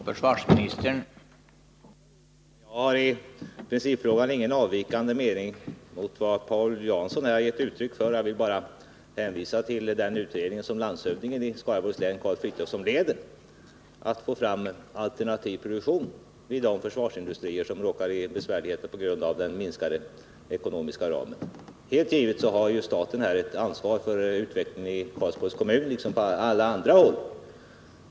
Herr talman! Jag har i principfrågan ingen avvikande mening mot den som Paul Jansson gett uttryck för. Jag vill bara hänvisa till den arbetsgrupp som landshövdingen i Skaraborgs län, Karl Frithiofson, leder och som har till uppgift att lägga fram förslag om alternativ produktion vid de försvarsindustrier som råkar i besvärligheter på grund av den minskade ekonomiska ramen. Helt givet har staten ett ansvar för utvecklingen i Karlsborgs kommun liksom på alla andra håll.